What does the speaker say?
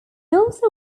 also